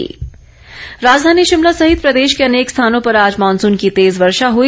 मौसम राजधानी शिमला सहित प्रदेश के अनेक स्थानों पर आज मॉनसून की तेज वर्षा हुई